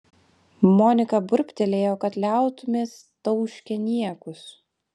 monika burbtelėjo kad liautumės tauškę niekus